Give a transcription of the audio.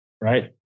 right